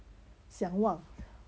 想望